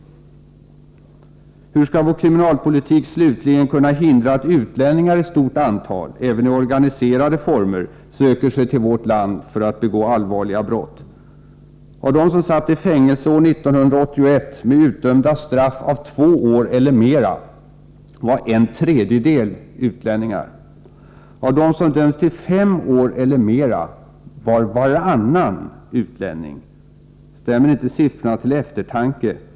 Hur skall, slutligen, vår kriminalpolitik kunna hindra att utlänningar i stort antal — och även i organiserade former — söker sig till vårt land för att begå allvarliga brott? Av dem som satt i fängelse år 1981 med utdömda straff på två år eller mera var en tredjedel utlänningar. Av dem som dömts till fem år eller mera var varannan utlänning. Stämmer inte siffrorna till eftertanke?